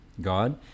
God